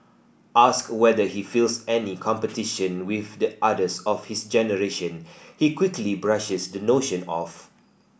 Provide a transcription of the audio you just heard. asked whether he feels any competition with the others of his generation he quickly brushes the notion off